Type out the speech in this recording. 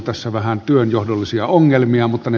tässä on vähän työnjohdollisia ongelmia mutta ne